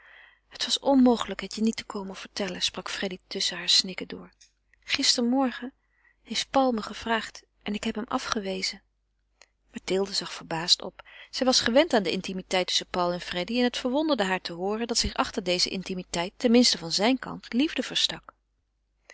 het was onmogelijk het je niet te komen vertellen sprak freddy tusschen hare snikken door gisterenmorgen heeft paul me gevraagd en ik heb hem afgewezen mathilde zag verbaasd op zij was gewend aan de intimiteit tusschen paul en freddy en het verwonderde haar te hooren dat zich achter deze intimiteit ten minste van zijn kant liefde verstak